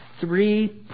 three